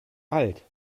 alt